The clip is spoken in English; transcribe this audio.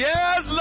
Yes